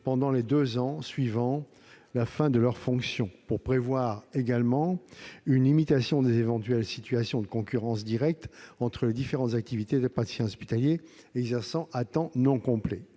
pendant les deux années qui suivent la fin de leurs fonctions. Elle entend prévoir également une limitation des éventuelles situations de concurrence directe entre les différentes activités des praticiens hospitaliers exerçant à temps non complet.